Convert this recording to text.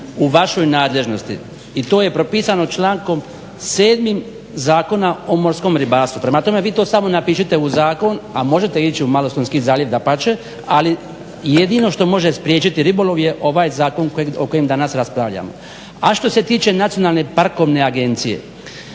u vašoj nadležnosti i to je propisano člankom 7. Zakona o morskom ribarstvu. Prema tome, vi to samo napišite u zakon, a možete ići u Malostonski zaljev dapače, ali jedino što može spriječiti je ribolov je ovaj zakon o kojem danas raspravljamo. A što se tiče Nacionalne parkovne agencije,